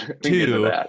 two